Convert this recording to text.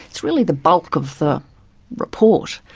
it's really the bulk of the report,